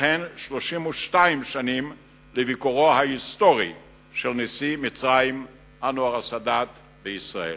וכן 32 שנים לביקורו ההיסטורי של נשיא מצרים אנואר אל-סאדאת בישראל.